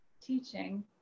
teaching